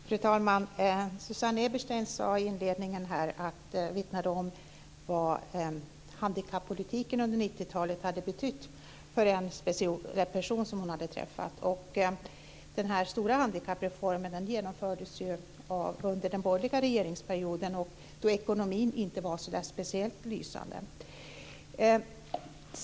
Fru talman! Susanne Eberstein vittnade inledningsvis om vad handikappolitiken under 90-talet betytt för en person som hon har träffat. Den stora handikappreformen genomfördes under den borgerliga regeringsperioden då ekonomin inte var särskilt lysande.